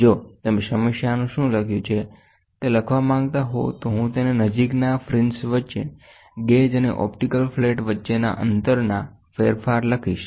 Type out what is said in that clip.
જો તમે સમસ્યાનું શુ લખ્યું છે તે લખવા માંગતા હો તો હું તેને નજીકના ફ્રિન્જ્સ વચ્ચે ગેજ અને ઓપ્ટિકલ ફ્લેટ વચ્ચેના અંતરના ફેરફાર લખીશ